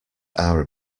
are